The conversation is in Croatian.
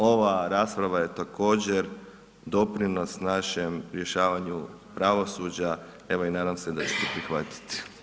Ova rasprava je također doprinos našem rješavanju pravosuđa, evo, nadam se da ćete prihvatiti.